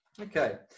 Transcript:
Okay